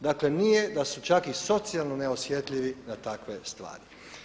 Dakle nije da su čak i socijalno neosjetljivi na takve stvari.